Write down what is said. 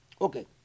Okay